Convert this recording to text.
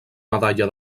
medalla